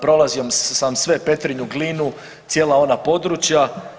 Prolazio sam sve Petrinju, Glinu, cijela ona područja.